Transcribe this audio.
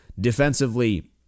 defensively